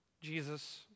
Jesus